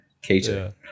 cater